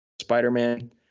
Spider-Man